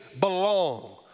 belong